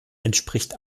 entspricht